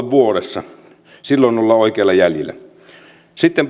vuodessa silloin ollaan oikeilla jäljillä sitten